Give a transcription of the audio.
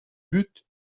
but